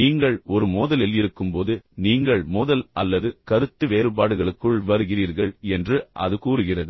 நீங்கள் ஒரு மோதலில் இருக்கும்போது நீங்கள் மோதல் அல்லது கருத்து வேறுபாடுகளுக்குள் வருகிறீர்கள் என்று அது கூறுகிறது